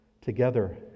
Together